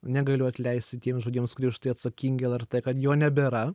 negaliu atleisti tiem žmonėms kurie už tai atsakingi lrt kad jo nebėra